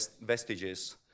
vestiges